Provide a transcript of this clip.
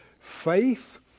Faith